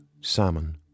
salmon